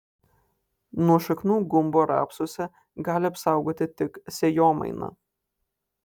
nuo šaknų gumbo rapsuose gali apsaugoti tik sėjomaina